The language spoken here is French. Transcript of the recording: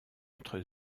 entre